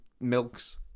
milks